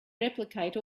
replicate